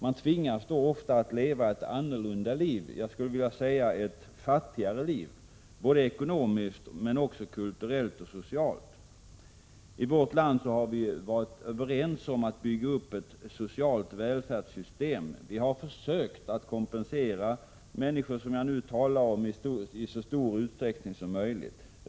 Man tvingas då ofta att leva ett annorlunda liv — ett fattigare liv, såväl ekonomiskt, kulturellt som socialt. I vårt land har vi varit överens om att bygga upp ett socialt välfärdssystem. Vi har i så stor utsträckning som möjligt försökt kompensera de människor som jag nu talar om.